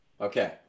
Okay